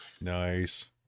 Nice